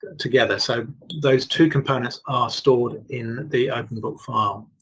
together so those two components are stored in the openbook file,